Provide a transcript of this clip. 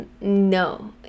no